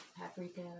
Paprika